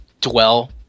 dwell